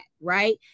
right